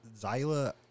Zyla